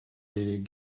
les